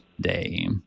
day